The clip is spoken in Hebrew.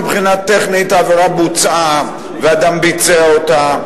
מבחינה טכנית העבירה בוצעה ואדם ביצע אותה,